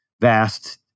vast